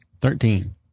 Thirteen